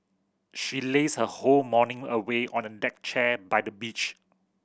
she lazed her whole morning away on a deck chair by the beach